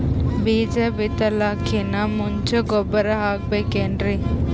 ಬೀಜ ಬಿತಲಾಕಿನ್ ಮುಂಚ ಗೊಬ್ಬರ ಹಾಕಬೇಕ್ ಏನ್ರೀ?